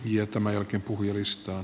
jo tämä ja on ollut